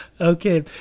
Okay